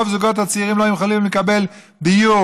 ורוב הזוגות הצעירים לא יכולים לקבל דיור.